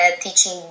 teaching